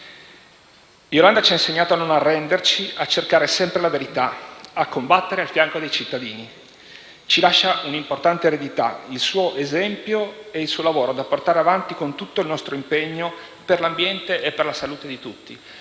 Iolanda ci ha insegnato a non arrenderci, a cercare sempre la verità, a combattere al fianco dei cittadini. Ci lascia un'importante eredità: il suo esempio e il suo lavoro, da portare avanti con tutto il nostro impegno, per l'ambiente e per la salute di tutti.